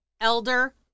elder